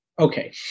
Okay